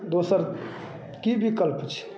दोसर कि विकल्प छै